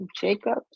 Jacobs